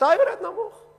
יורד נמוך?